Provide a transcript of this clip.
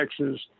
Texas